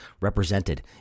represented